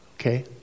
Okay